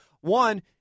One